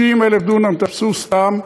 60,000 דונם תפסו סתם,